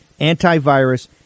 antivirus